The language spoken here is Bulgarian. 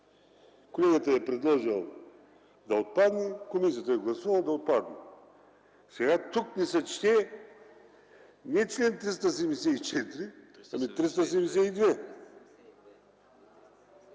Колегата е предложил да отпадне – комисията е гласувала да отпадне. Тук ни се чете не чл. 374, а чл.